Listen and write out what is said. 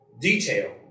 detail